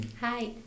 Hi